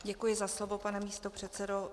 Děkuji za slovo, pane místopředsedo.